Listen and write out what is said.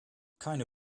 keine